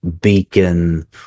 beacon